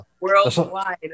Worldwide